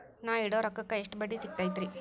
ನಾ ಇಡೋ ರೊಕ್ಕಕ್ ಎಷ್ಟ ಬಡ್ಡಿ ಸಿಕ್ತೈತ್ರಿ?